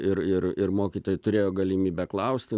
ir ir ir mokytojai turėjo galimybę klausti